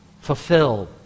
fulfill